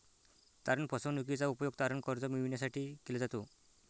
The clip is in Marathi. तारण फसवणूकीचा उपयोग तारण कर्ज मिळविण्यासाठी केला जातो